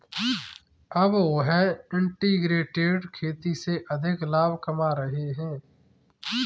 अब वह इंटीग्रेटेड खेती से अधिक लाभ कमा रहे हैं